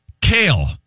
kale